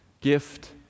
gift